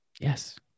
Yes